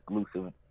exclusive